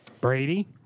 Brady